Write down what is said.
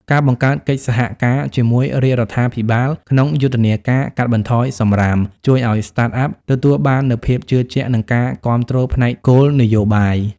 ការបង្កើតកិច្ចសហការជាមួយរាជរដ្ឋាភិបាលក្នុងយុទ្ធនាការកាត់បន្ថយសម្រាម ជួយឱ្យ Startup ទទួលបាននូវភាពជឿជាក់ និងការគាំទ្រផ្នែកគោលនយោបាយ។